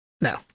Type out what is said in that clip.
no